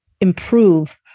improve